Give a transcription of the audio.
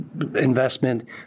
investment